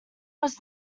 was